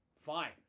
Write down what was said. Fine